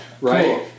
right